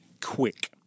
quick